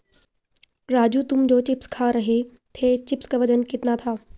राजू तुम जो चिप्स खा रहे थे चिप्स का वजन कितना था?